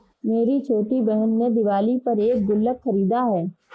मेरी छोटी बहन ने दिवाली पर एक गुल्लक खरीदा है